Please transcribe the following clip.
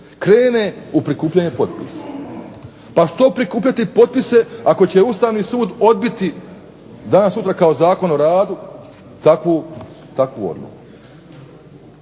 krene u prikupljanje potpisa. Pa što prikupljati potpise ako će Ustavni sud odbiti danas sutra kao Zakon o radu takvu odluku